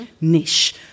niche